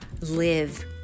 live